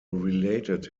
related